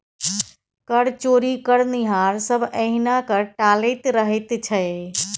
कर चोरी करनिहार सभ एहिना कर टालैत रहैत छै